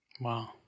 Wow